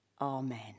Amen